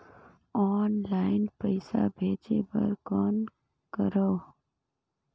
Online पईसा भेजे बर कौन करव?